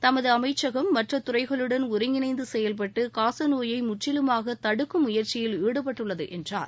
தமது அமைச்சகம் மற்ற துறைகளுடன் ஒருங்கிணைந்து செயல்பட்டு காச நோயை முற்றிலுமாக தடுக்கும் முயற்சியில் ஈடுபட்டுள்ளது என்றார்